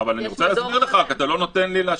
אני רוצה להסביר לך, אבל אתה לא נותן לי להשיב.